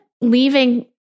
leaving